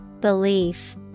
Belief